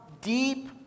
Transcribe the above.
deep